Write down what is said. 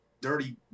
dirty